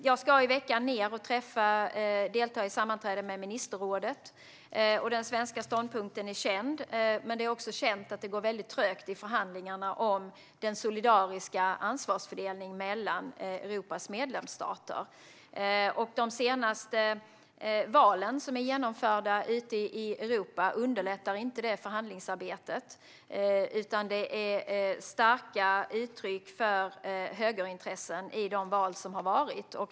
Jag ska i veckan delta i sammanträde med ministerrådet, och den svenska ståndpunkten är känd. Det är också känt att det går trögt i förhandlingarna om den solidariska ansvarsfördelningen mellan EU:s medlemsstater. De senaste valen i Europa underlättar inte detta förhandlingsarbete, då det har varit starka uttryck för högerintressen i dessa val.